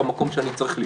במקום שאני צריך להיות,